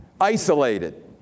isolated